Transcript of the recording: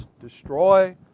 destroy